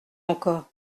encore